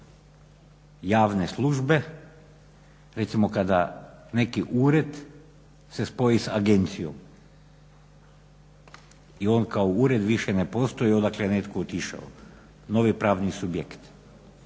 javne službe, recimo kada neki ured se spoji sa agencijom i on kao ured više ne postoji odakle je netko otišao, novi pravni subjekt.